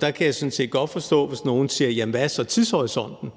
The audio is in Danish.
Der kan jeg sådan set godt forstå, hvis nogen spørger: Jamen hvad er så tidshorisonten?